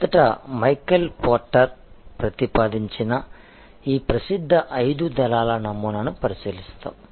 మొదట Michael Porter ప్రతిపాదించిన ఈ ప్రసిద్ధ ఐదు దళాల నమూనాను పరిశీలిస్తాము